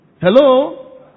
Hello